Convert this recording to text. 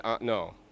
no